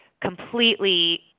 completely